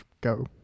go